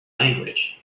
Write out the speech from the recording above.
language